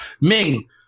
Ming